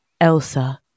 Elsa